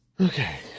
Okay